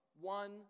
one